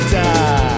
die